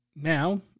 now